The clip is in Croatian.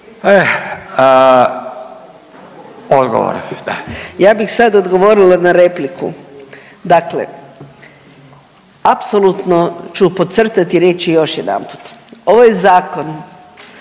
Ja bih sad odgovorila na repliku. Dakle, apsolutno ću podcrtati i reći još jedanput. Ovo je zakon